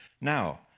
Now